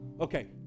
Okay